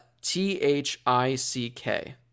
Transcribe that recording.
t-h-i-c-k